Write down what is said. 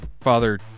Father